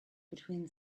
between